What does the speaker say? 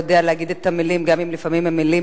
יודע להגיד את המלים גם אם לפעמים הן מלים